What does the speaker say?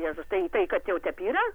jėzus tai tai kad jau taip yra